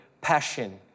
passion